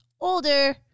older